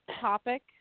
topic